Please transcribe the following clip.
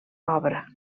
obra